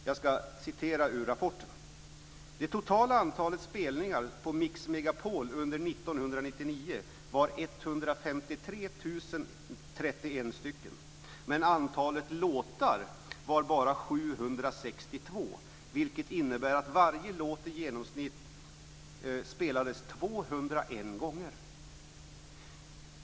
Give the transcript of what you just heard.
Jag ska läsa ur rapporten: Det totala antalet spelningar på Mix Megapol under 1999 var 153 031 stycken. Men antalet låtar var bara 762, vilket innebär att varje låt i genomsnitt spelades 201 gånger.